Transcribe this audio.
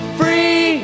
free